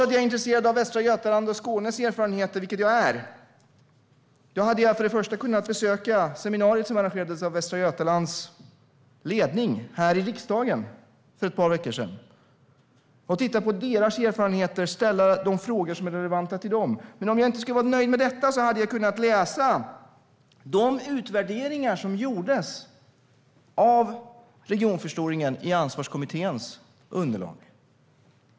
Om jag är intresserad av Västra Götalands och Skånes erfarenheter, vilket jag är, hade jag kunnat besöka det seminarium som arrangerades av Västra Götalands ledning här i riksdagen för ett par veckor sedan och tagit del av deras erfarenheter och ställt de frågor som är relevanta för dem. Om jag inte hade varit nöjd med detta hade jag kunnat läsa de utvärderingar av regionförstoringen som gjordes i Ansvarskommitténs underlag.